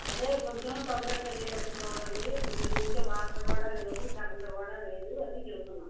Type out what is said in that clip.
అదే కొంచెం తొందరగా అయ్యేటట్టు చూడండి ప్రొద్దుట్నుంచి వాటర్ కూడా లేవు కరెంటు కూడా లేదు అదీ చెప్తున్నాను